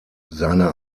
seine